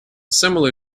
similar